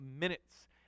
minutes